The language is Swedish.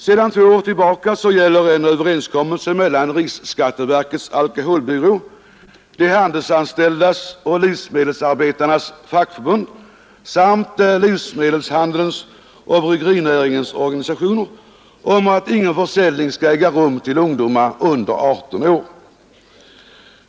Sedan två år tillbaka gäller en överenskommelse mellan riksskatteverkets alkoholbyrå, de handelsanställdas och livsmedelsarbetarnas fackförbund samt livsmedelshandelns och bryggerinäringens organisationer om att ingen försäljning skall äga rum till ungdomar under 18 år.